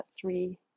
three